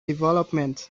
development